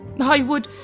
i would.